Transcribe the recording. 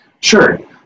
Sure